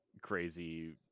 crazy